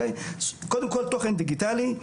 קודם כל תוכן דיגיטלי.